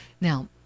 Now